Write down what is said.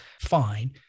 fine